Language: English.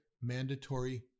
mandatory